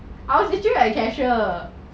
I was actually a cashier